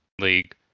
League